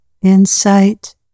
insight